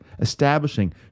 establishing